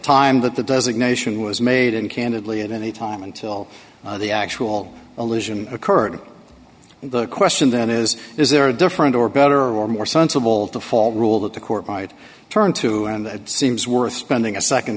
time that the designation was made and candidly at any time until the actual allusion occurred and the question then is is there a different or better or more sensible to fall rule that the court might turn to and that seems worth spending a